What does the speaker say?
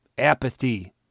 apathy